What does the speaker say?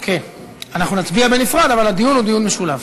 אנחנו נצביע בנפרד, אבל הדיון הוא דיון משולב.